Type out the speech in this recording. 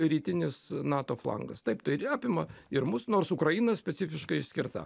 rytinis nato flangas taip tai ir apima ir mus nors ukraina specifiškai išskirta